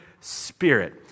spirit